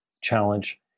challenge